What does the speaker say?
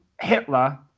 Hitler